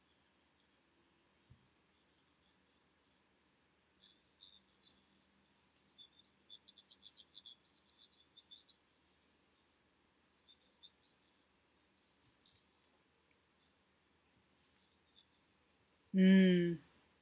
mm